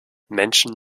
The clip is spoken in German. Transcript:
menschen